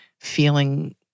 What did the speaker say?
feeling